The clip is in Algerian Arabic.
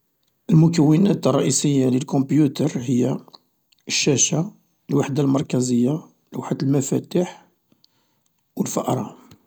المكونات الرئيسية للكمبيوتر هي الشاشة، الوحدة المركزية، لوحة المفاتيح والفأرة.